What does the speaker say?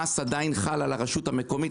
המס עדיין חל על הרשות המקומית.